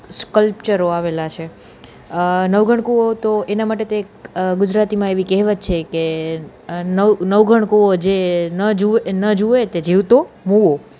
સ્કલ્પચરો આવેલા છે અ નવઘણ કૂવો તો એના માટે તો એક ગુજરાતીમાં એવી કહેવત છે કે નવઘણ કૂવો જે ન જુએ તે જીવતો મુવો